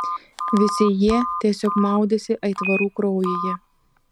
visi jie tiesiog maudėsi aitvarų kraujyje